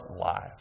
life